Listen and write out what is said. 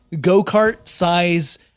go-kart-size